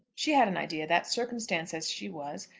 she had an idea that, circumstanced as she was,